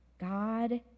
God